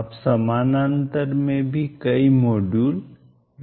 आप समानांतर में भी कई मॉड्यूल रख सकते हैं